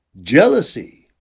Jealousy